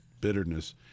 bitterness